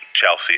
Chelsea